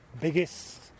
biggest